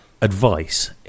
advice